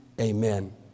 amen